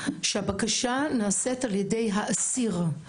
שהבקשה נעשית על-ידי האסיר.